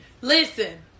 listen